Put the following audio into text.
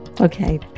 Okay